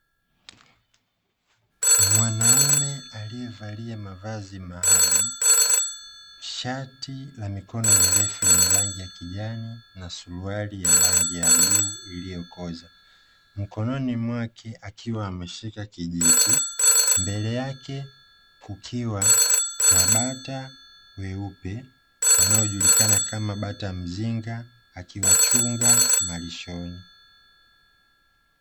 Mwanaume aliyevalia mavazi maalumu, shati la mikono mirefu lenye rangi ya kijani, na suruali yenye rangi ya bluu iliyokoza. Mkononi mwake akiwa ameshika kijiti, mbele yake kukiwa na bata weupe wanaojulikana kama bata mzinga, akiwachunga malishoni.